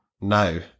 No